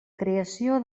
creació